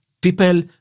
people